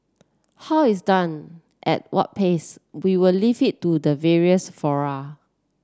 how it's done at what pace we will leave it to the various fora